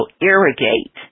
irrigate